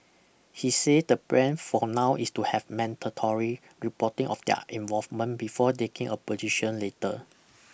he say the plan for now is to have mandatory reporting of their involvement before taking a position later